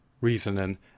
reasoning